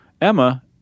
Emma